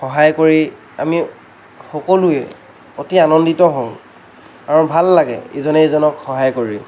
সহায় কৰি আমি সকলোৱে অতি আনন্দিত হওঁ আমাৰ ভাল লাগে ইজনে সিজনক সহায় কৰি